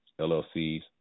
LLCs